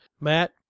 Matt